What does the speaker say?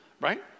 right